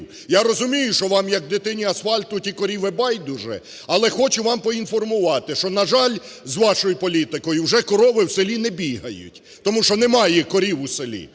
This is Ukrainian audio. Я розумію, що вам, як дитині асфальту, ті корови байдуже, але хочу вам поінформувати, що, на жаль, з вашою політикою вже корови в селі не бігають, тому що немає корів у селі,